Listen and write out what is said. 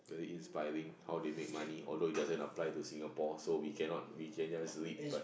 very inspiring how they make money although it doesn't apply to Singapore so we cannot we can just do it